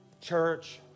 church